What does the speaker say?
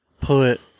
put